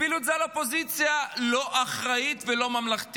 הפילו את זה על אופוזיציה לא אחראית ולא ממלכתית.